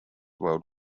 world